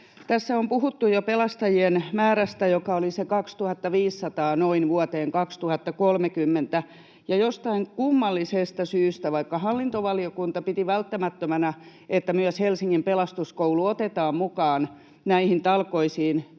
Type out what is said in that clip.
tässä on puhuttu jo pelastajien määrästä, joka oli se 2 500 noin vuoteen 2030, mutta vaikka hallintovaliokunta piti välttämättömänä, että myös Helsingin Pelastuskoulu otetaan mukaan näihin talkoisiin